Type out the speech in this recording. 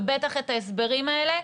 ובטח את ההסברים האלה.